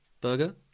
Burger